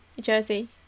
jersey